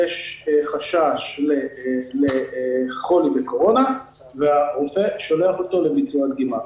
יש חשש לחולי בקורונה והרופא שולח אותו לביצוע דגימה.